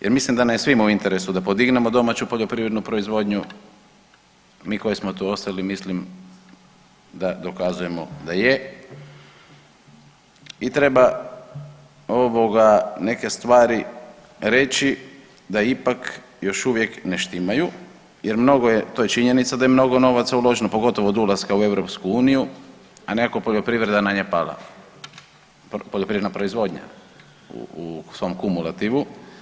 Jer mislim da nam je svima u interesu da podignemo domaću poljoprivrednu proizvodnju, mi koji smo tu ostali mislim da dokazujemo da je, i treba neke stvari reći da ipak još uvijek ne štimaju, jer mnogo je, to je činjenica da je mnogo novaca uloženo, pogotovo od ulaska u Europsku uniju, a nekako poljoprivreda nam je pala, poljoprivredna proizvodnja u svom kumulativu.